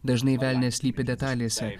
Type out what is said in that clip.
dažnai velnias slypi detalėse